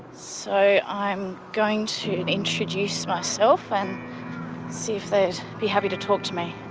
so i'm going to introduce myself and see if they'd be happy to talk to me.